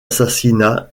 assassinat